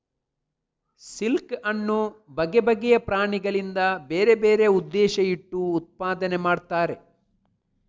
silk ಅನ್ನು ಬಗೆ ಬಗೆಯ ಪ್ರಾಣಿಗಳಿಂದ ಬೇರೆ ಬೇರೆ ಉದ್ದೇಶ ಇಟ್ಟು ಉತ್ಪಾದನೆ ಮಾಡ್ತಾರೆ